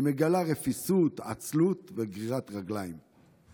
היא מגלה רפיסות, עצלות וגרירת רגליים?